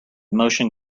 motion